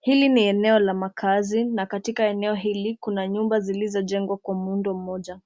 Hili ni eneo la makaazi na katika eneo hili kuna nyumba zilizojengwa kwa muundo mmoja.